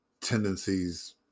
tendencies